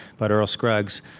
but earl scruggs,